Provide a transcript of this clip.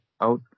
out